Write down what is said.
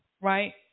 right